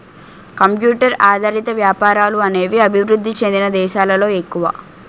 computer ఆధారిత వ్యాపారాలు అనేవి అభివృద్ధి చెందిన దేశాలలో ఎక్కువ